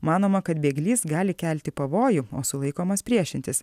manoma kad bėglys gali kelti pavojų o sulaikomas priešintis